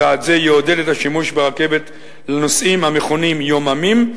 צעד זה יעודד את השימוש ברכבת לנוסעים המכונים "יוממים",